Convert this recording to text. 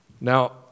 Now